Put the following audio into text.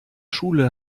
schule